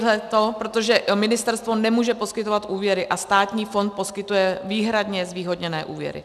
Nelze to, protože ministerstvo nemůže poskytovat úvěry a státní fond poskytuje výhradně zvýhodněné úvěry.